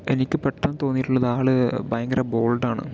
എനിക്ക് പെട്ടന്ന് തോന്നീട്ടുള്ളത് ആള് ഭയങ്കര ബോൾഡാണ്